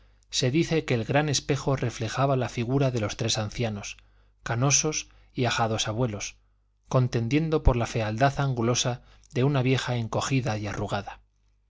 se dice que el gran espejo reflejaba la figura de los tres ancianos canosos y ajados abuelos contendiendo por la fealdad angulosa de una vieja encogida y arrugada